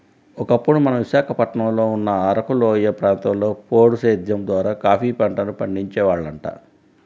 ఒకప్పుడు మన విశాఖపట్నంలో ఉన్న అరకులోయ ప్రాంతంలో పోడు సేద్దెం ద్వారా కాపీ పంటను పండించే వాళ్లంట